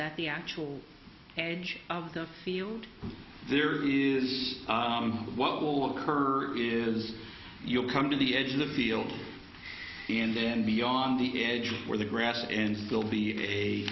that the actual edge of the field there is what will occur is you'll come to the edge of the field and then beyond the edge where the grass and will be a